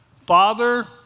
Father